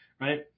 right